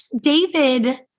David